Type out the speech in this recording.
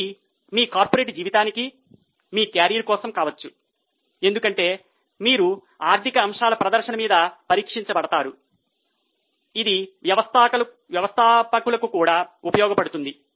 ఇది మీ కార్పొరేట్ జీవితానికి మీ కెరీర్ కోసం కావచ్చు ఎందుకంటే మీరు ఆర్థిక అంశాల ప్రదర్శన మీద పరీక్షించబడతారు ఇది వ్యవస్థాపకులకు కూడా ఉపయోగపడుతుంది